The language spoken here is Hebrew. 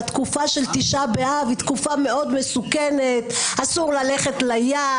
שהתקופה של תשעה באב היא תקופה מאוד מסוכנת אסור ללכת לים,